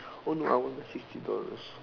oh no I want the sixty dollars